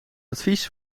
advies